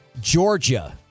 Georgia